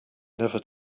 never